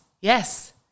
Yes